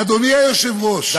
אדוני היושב-ראש,